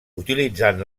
utilitzant